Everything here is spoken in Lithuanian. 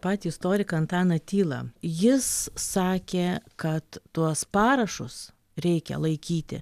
patį istoriką antaną tylą jis sakė kad tuos parašus reikia laikyti